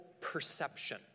perception